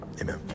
Amen